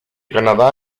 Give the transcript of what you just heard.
canadá